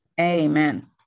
Amen